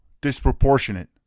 Disproportionate